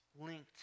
linked